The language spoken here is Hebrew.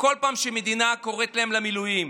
מילואים